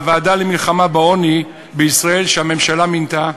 הוועדה למלחמה בעוני בישראל שהממשלה מינתה.